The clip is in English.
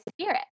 Spirit